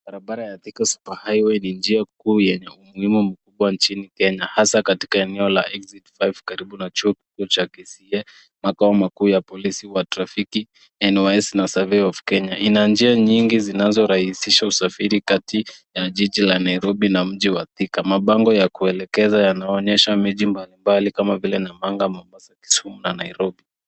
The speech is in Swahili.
Barabara ya thika superhighway ni njia kuu yenye umuhimu mkubwa nchini Kenya hasaa katika eneo la exit 5 karibu na chuo kikuu cha KCA. Makao makao makuu ya polisi wa trafiki ya NYS na Survey of Kenya. Ina njia nyingi zinazorahisiha usafiri kati ya jiji la Nairobi na mji wa Thika. Mabango ya kuelekeza yanaonyesha miji mbalimbali kama vile Namanga, Mombasa, Kisumu na Nairobi.